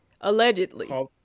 allegedly